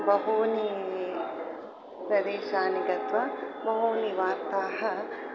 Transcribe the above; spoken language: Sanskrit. बहून् प्रदेशान् गत्वा बहूनि वार्ताः